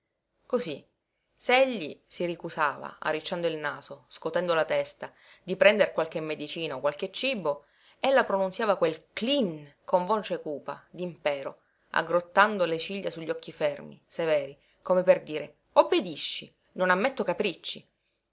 se egli si ricusava arricciando il naso scotendo la testa di prendere qualche medicina o qualche cibo ella pronunziava quel cleen con voce cupa d'impero aggrottando le ciglia su gli occhi fermi severi come per dire obbedisci non ammetto capricci